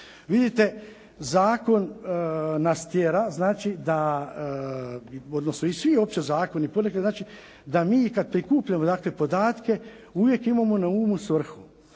Vidite zakon nas tjera odnosno svi uopće zakoni otprilike da mi kad prikupljamo podatke uvijek imamo na umu svrhu.